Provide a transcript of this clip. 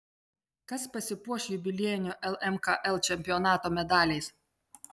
kas pasipuoš jubiliejinio lmkl čempionato medaliais